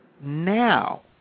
Now